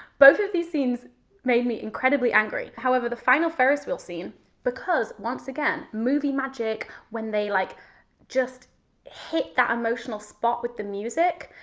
both of these scenes made me incredibly angry. however, the final ferris wheel scene because once again movie magic when they like just hit that emotional spot with the music,